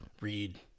read